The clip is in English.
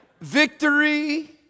Victory